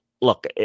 look